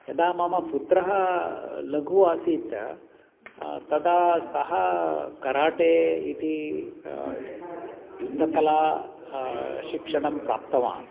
यदा मम पुत्रः लघु आसीत् तदा सः कराटे इति युद्धकला शिक्षणं प्राप्तवान्